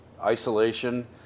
isolation